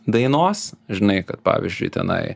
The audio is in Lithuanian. dainos žinai kad pavyzdžiui tenai